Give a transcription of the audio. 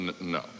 no